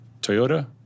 Toyota